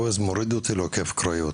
ה- Waze מוריד אותי לעוקף קריות,